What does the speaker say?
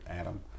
Adam